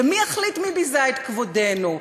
ומי יחליט מי ביזה את כבודנו?